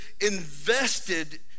invested